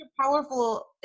powerful